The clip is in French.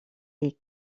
est